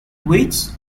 weights